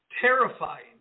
terrifying